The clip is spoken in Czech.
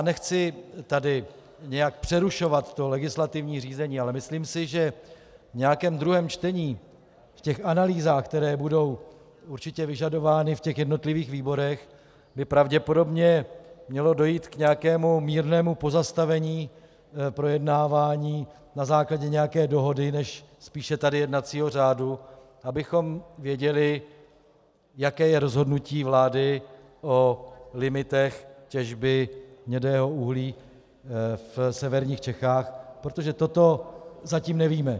Nechci tu nějak přerušovat legislativní řízení, ale myslím si, že v nějakém druhém čtení, v těch analýzách, které budou určitě vyžadovány v jednotlivých výborech, by pravděpodobně mělo dojít k nějakému mírnému pozastavení projednávání na základě nějaké dohody než spíše tady jednacího řádu, abychom věděli, jaké je rozhodnutí vlády o limitech těžby hnědého uhlí v severních Čechách, protože toto zatím nevíme.